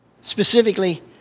specifically